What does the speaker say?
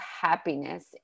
happiness